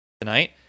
tonight